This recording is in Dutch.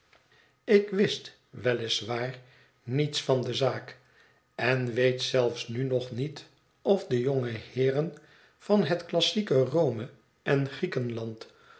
ik wist wel is waar niets van de zaak en weet zelfs nu nog niet of de jonge heeren van het classieke rome en griekenland